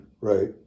right